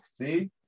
See